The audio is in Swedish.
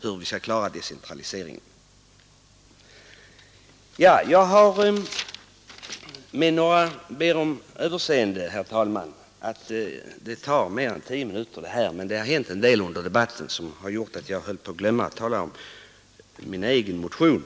Jag ber om överseende, herr talman, för att att mitt anförande kommer att ta mer än 10 minuter, men det har hänt en hel del under debatten som har gjort att jag höll på att glömma att tala om min egen motion.